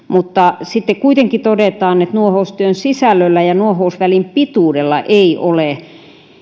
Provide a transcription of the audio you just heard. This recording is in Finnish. mutta sitten kuitenkin todetaan että nuohoustyön sisällöllä ja nuohousvälin pituudella ei ole